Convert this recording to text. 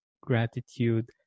gratitude